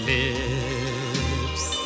lips